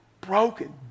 broken